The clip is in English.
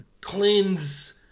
cleanse